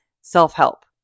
self-help